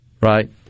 right